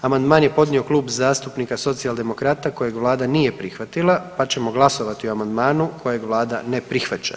Amandman je podnio Klub zastupnika Socijaldemokrata kojeg vlada nije prihvatila, pa ćemo glasovati o amandmanu kojeg vlada ne prihvaća.